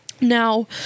Now